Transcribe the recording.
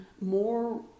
more